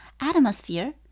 atmosphere